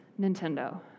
Nintendo